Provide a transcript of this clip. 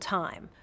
time